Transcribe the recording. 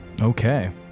Okay